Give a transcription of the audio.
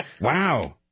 Wow